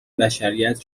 بشریت